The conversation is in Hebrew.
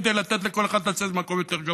כדי לתת לכל אחד לצאת במקום יותר גבוה.